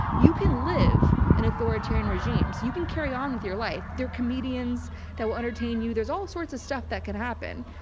you can live in and authoritarian regimes. you can carry on with your life there are comedians that will entertain you. there's all sorts of stuff that could happen.